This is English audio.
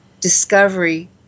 discovery